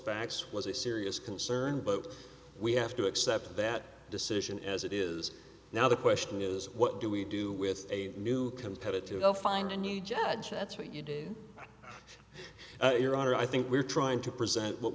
facts was a serious concern but we have to accept that decision as it is now the question is what do we do with a new competitive they'll find a new judge that's what you do your honor i think we're trying to present what